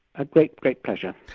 a great, great pleasure.